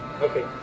Okay